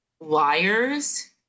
liars